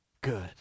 good